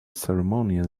ceremonial